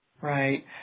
right